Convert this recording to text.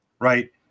right